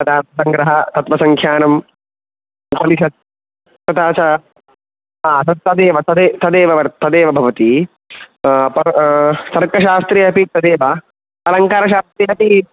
तथा संग्रह पद्मसख्यानं उपनिषत् तथा च तत्रदेव तदेव तदेव व तदेव भवति प तर्कशास्त्रे अपि तदेव अलङ्कारशास्त्रे अपि